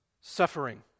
suffering